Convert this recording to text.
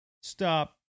Stop